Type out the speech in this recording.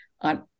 on